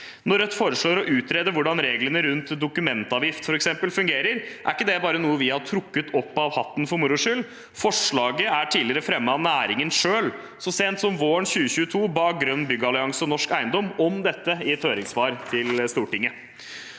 Når Rødt foreslår å utrede hvordan f.eks. reglene for dokumentavgift fungerer, er ikke det noe vi bare har trukket opp av hatten for moro skyld. Forslaget er tidligere fremmet av næringen selv. Så sent som våren 2022 ba Grønn byggallianse og Norsk Eiendom om dette i et høringssvar til Stortinget.